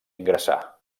ingressar